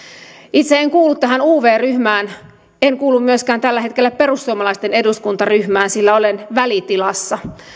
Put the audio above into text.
itse en kuulu tähän uv ryhmään en kuulu myöskään tällä hetkellä perussuomalaisten eduskuntaryhmään sillä olen välitilassa